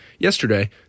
Yesterday